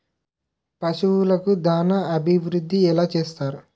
పశువులకు దాన అభివృద్ధి ఎలా చేస్తారు?